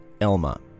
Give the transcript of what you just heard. Elma